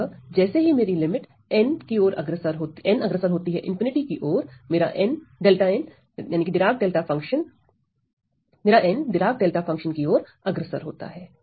अतःजैसे ही मेरी limit n अग्रसर होती है ∞ की ओर मेरा डिराक डेल्टा फंक्शन की ओर अग्रसर होता है